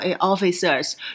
officers